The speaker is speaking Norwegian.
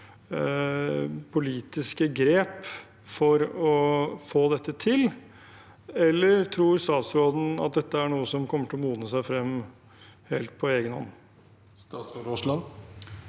politiske grep for å få dette til, eller tror statsråden at dette er noe som kommer til å modnes frem helt på egen hånd? Statsråd Terje